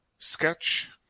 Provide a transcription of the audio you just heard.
Sketch